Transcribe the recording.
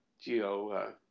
geo